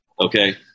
okay